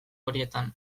horietan